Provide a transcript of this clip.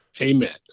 Amen